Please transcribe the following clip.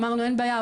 אמרנו אין בעיה,